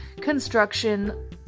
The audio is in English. construction